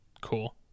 Cool